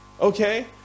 Okay